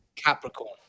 Capricorn